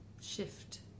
shift